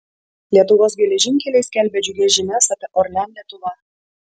lietuvos geležinkeliai skelbia džiugias žinias apie orlen lietuva